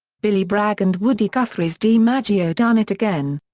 billy bragg and woody guthrie's dimaggio done it again.